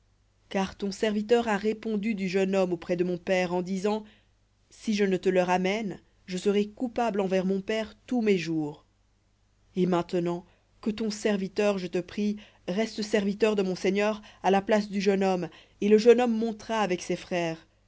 car ton serviteur a répondu du jeune homme auprès de mon père en disant si je ne te le ramène je serai coupable envers mon père tous mes jours et maintenant que ton serviteur je te prie reste serviteur de mon seigneur à la place du jeune homme et le jeune homme montera avec ses frères